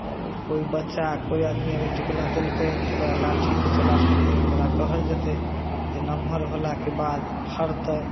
कोइ बच्चा कोइ आदमी अगर टिकला देलकै तऽ ओकरा लाठी नहि चला सकै हइ ओकरा कहल जेतै जे नमहर होलाके बाद फड़तै